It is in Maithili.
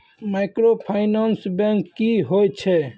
माइक्रोफाइनांस बैंक की होय छै?